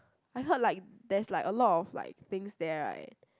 I heard like there's like a lot of like things there right